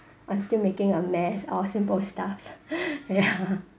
I'm still making a mess out of simple stuff yeah